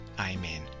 Amen